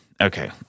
okay